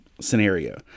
scenario